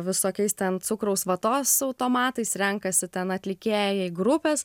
visokiais ten cukraus vatos automatais renkasi ten atlikėjai grupės